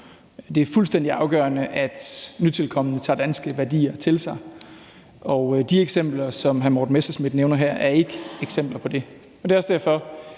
Det er fuldstændig afgørende, at nytilkomne tager danske værdier til sig, og de eksempler, som hr. Morten Messerschmidt nævner her, er ikke eksempler på det. Det er også derfor,